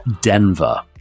Denver